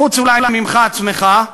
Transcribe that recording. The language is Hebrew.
חוץ ממך עצמך אולי,